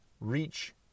reach